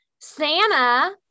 Santa